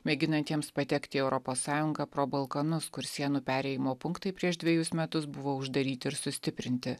mėginantiems patekti į europos sąjungą pro balkanus kur sienų perėjimo punktai prieš dvejus metus buvo uždaryti ir sustiprinti